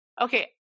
okay